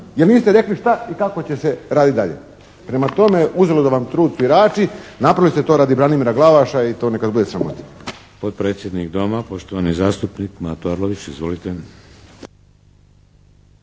Jer niste rekli šta i kako će se raditi dalje. Prema tome uzaludan vam trud svirači. Napravili ste to radi Branimira Glavaša i to nek vas bude sramota. **Šeks, Vladimir (HDZ)** Podpredsjednik Doma poštovani zastupnik Mato Arlović. Izvolite.